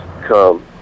come